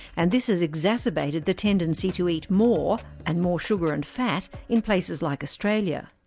and this has exacerbated the tendency to eat more, and more sugar and fat, in places like australia.